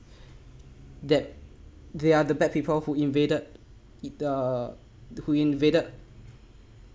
that they are the bad people who invaded it the who invaded